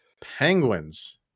Penguins